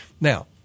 Now